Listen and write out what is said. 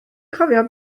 cofio